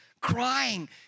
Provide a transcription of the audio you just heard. crying